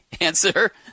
Answer